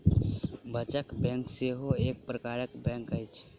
बचत बैंक सेहो एक प्रकारक बैंक अछि